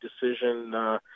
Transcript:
decision